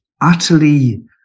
utterly